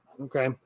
Okay